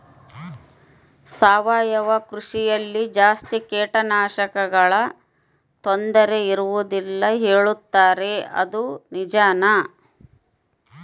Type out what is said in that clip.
ಸಾವಯವ ಕೃಷಿಯಲ್ಲಿ ಜಾಸ್ತಿ ಕೇಟನಾಶಕಗಳ ತೊಂದರೆ ಇರುವದಿಲ್ಲ ಹೇಳುತ್ತಾರೆ ಅದು ನಿಜಾನಾ?